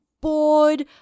bored